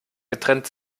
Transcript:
getrennt